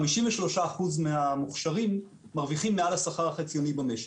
53% מהמוכשרים מרוויחים מעל השכר החציוני במשק.